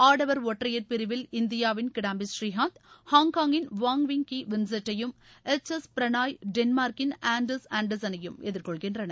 ஆடவர் ஒற்றையர் பிரிவில் இந்தியாவின் கிடாம்பி ஸ்ரீகாந்த் ஹாங்காங்கின் வாங்விங் கி வின்செட்டையும் எச் எஸ் பிரணாய் டென்மா்கின் ஆன்டர்ஸ் ஆன்டன்ஸனையும் எதிர்கொள்கின்றனர்